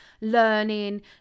learning